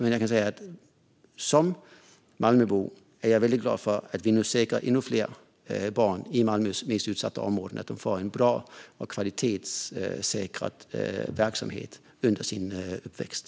Som den Malmöbo jag är, är jag glad för att vi säkrar att barn i Malmös mest utsatta områden får ta del av en bra och kvalitetssäkrad verksamhet under sin uppväxt.